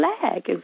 flag